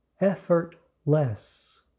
Effortless